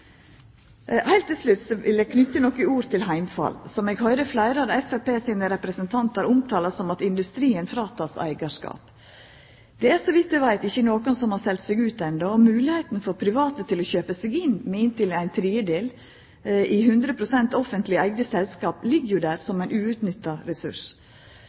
Heilt til slutt vil eg knyta nokre ord til heimfall, som eg høyrer fleire av Framstegspartiets representantar omtalar som om industrien vert fråteken eigarskap. Det er så vidt eg veit ikkje nokon som har selt seg ut enno, og mogelegheita for private til å kjøpa seg inn med inntil ein tredel i 100 pst. offentleg eigde selskap, ligg jo der som ein uutnytta ressurs.